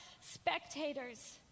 spectators